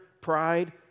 pride